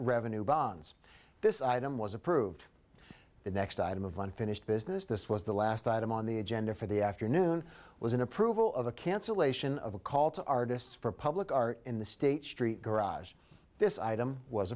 revenue bonds this item was approved the next item of unfinished business this was the last item on the agenda for the afternoon was an approval of a cancellation of a call to artists for public art in the state street garage this item was